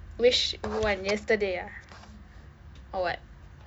which one yesterday ah or what